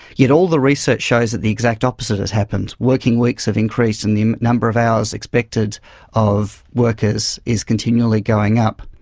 yet all the research shows that the exact opposite has happened working weeks have increased and the number of hours expected of workers is continually going up.